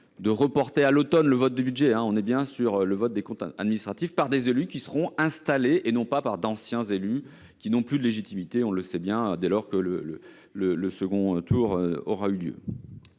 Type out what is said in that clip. du budget à l'automne ; il s'agit bien de l'adoption des comptes administratifs, par des élus qui seront installés et non par d'anciens élus, qui n'auront plus de légitimité, on le sait bien, dès lors que le second tour aura eu lieu.